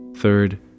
third